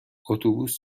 اتوبوس